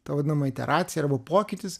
ta vadinama iteracija arba pokytis